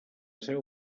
seu